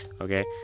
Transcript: okay